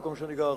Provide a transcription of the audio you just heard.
במקום שבו אני גר,